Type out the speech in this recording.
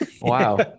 wow